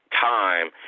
Time